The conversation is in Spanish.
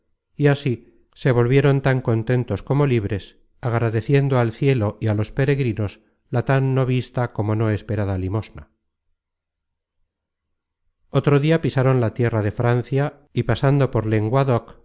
y así se volvieron tan contentos como libres agradeciendo al cielo y á los peregrinos la tan no vista como no esperada limosna otro dia pisaron la tierra de francia y pasando por lenguadoc